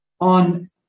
on